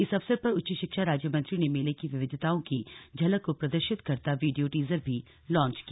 इस अवसर पर उच्च शिक्षा राज्य मंत्री ने मेले की विविधताओं की झलक को प्रदर्शित करता वीडियो टीजर भी लॉन्च किया